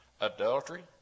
adultery